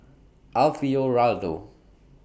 Alfio Raldo